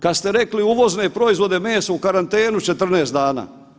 Kada ste rekli uvozne proizvode meso u karantenu 14 dana.